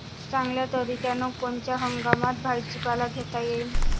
चांगल्या तरीक्यानं कोनच्या हंगामात भाजीपाला घेता येईन?